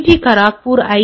D Kharagpur I